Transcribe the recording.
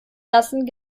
lassen